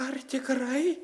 ar tikrai